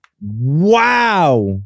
Wow